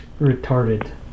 retarded